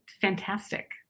fantastic